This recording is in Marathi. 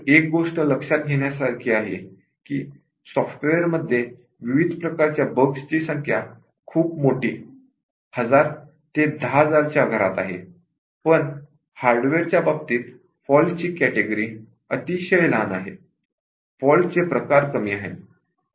एक गोष्ट लक्षात घेण्यासारखी आहे की सॉफ्टवेअर मध्ये विविध प्रकारच्या बग्सची संख्या खूप मोठी हजार ते दहा हजार च्या घरात आहे पण हार्डवेअर च्या बाबतीत फॉल्ट ची कॅटेगरी अतिशय लहान आहे फॉल्ट चे प्रकार कमी आहेत